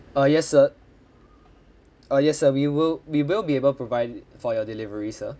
ah yes sir ah yes sir we will we will be able provide for your delivery sir